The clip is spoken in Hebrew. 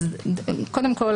אז קודם כול,